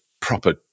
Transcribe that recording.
proper